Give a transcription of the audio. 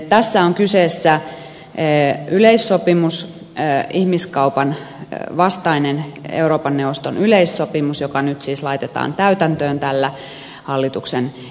tässä on kyseessä yleissopimus ihmiskaupan vastainen euroopan neuvoston yleissopimus joka nyt siis laitetaan täytäntöön tällä hallituksen esityksellä